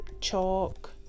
chalk